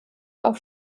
auf